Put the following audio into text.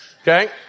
Okay